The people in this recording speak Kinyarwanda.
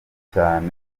cyane